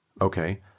Okay